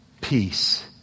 Peace